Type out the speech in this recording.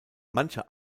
manche